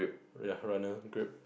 ya runner grab